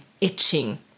itching